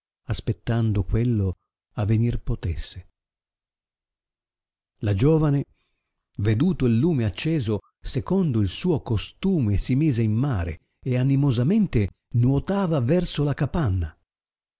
aspettando quello avenir potesse la giovane veduto il lume acceso secondo il suo costume si mise in mare e animosamente nuotava verso la capanna